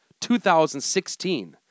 2016